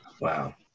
Wow